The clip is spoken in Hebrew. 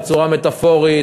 בצורה מטפורית,